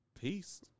peace